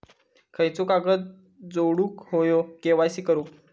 खयचो कागद जोडुक होयो के.वाय.सी करूक?